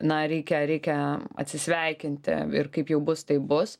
na reikia reikia atsisveikinti ir kaip jau bus taip bus